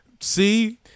See